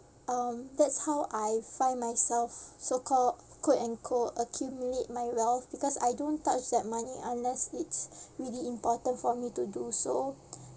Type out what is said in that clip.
um that's how I find myself so called quote unquote accumulate my wealth because I don't touch that money unless it's really important for me to do so